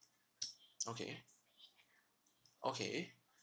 okay okay